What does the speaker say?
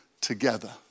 together